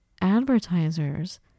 advertisers